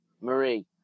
Marie